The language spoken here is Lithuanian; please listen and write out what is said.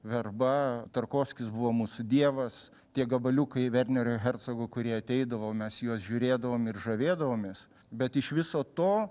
verba tarkovskis buvo mūsų dievas tie gabaliukai vernerio hercogo kurie ateidavo mes į juos žiūrėdavom ir žavėdavomės bet iš viso to